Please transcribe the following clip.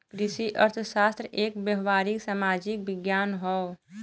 कृषि अर्थशास्त्र एक व्यावहारिक सामाजिक विज्ञान हौ